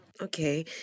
Okay